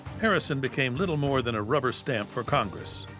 harrison became little more than a rubber stamp for congress,